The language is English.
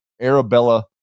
Arabella